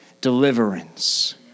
deliverance